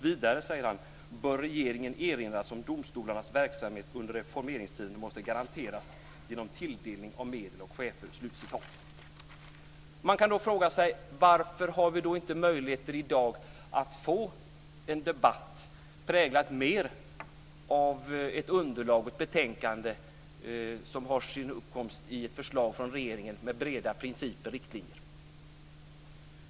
Vidare bör regeringen erinras om att domstolarnas verksamhet under reformeringstiden måste garanteras genom tilldelning av medel och chefer." Man kan fråga sig: Varför har vi då inte möjligheter i dag att få en debatt präglad mer av ett underlag och ett betänkande som har sin uppkomst i ett förslag från regeringen med breda principer och riktlinjer?